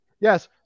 Yes